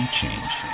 change